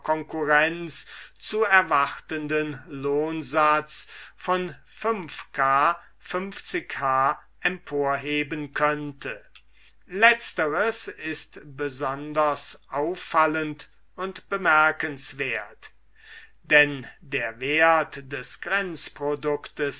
konkurrenz zu erwartenden lohnsatz von k emporheben könnte letzteres ist besonders auffallend und bemerkenswert denn der wert des